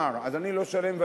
אני צריך לשלם תשלומי שכר,